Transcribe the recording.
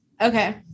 Okay